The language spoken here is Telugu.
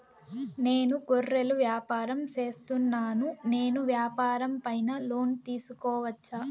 నేను గొర్రెలు వ్యాపారం సేస్తున్నాను, నేను వ్యాపారం పైన లోను తీసుకోవచ్చా?